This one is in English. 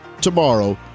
tomorrow